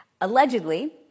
Allegedly